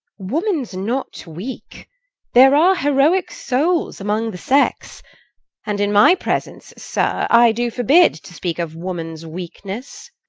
woman's not weak there are heroic souls among the sex and, in my presence, sir, i do forbid to speak of woman's weakness.